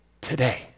today